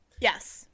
Yes